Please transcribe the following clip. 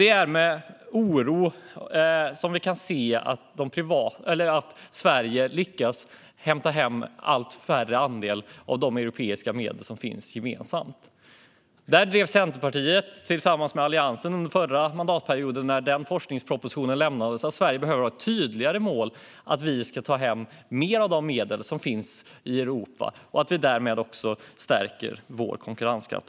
Det är med oro som vi kan se att Sverige lyckas hämta hem en allt mindre andel av de gemensamma europeiska medlen. Där drev Centerpartiet tillsammans med Alliansen under den förra mandatperioden, när den forskningspropositionen lämnades, att Sverige behöver ha ett tydligare mål om att ta hem mer av de medel som finns i Europa och därmed också stärka vår konkurrenskraft.